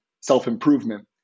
self-improvement